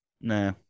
nah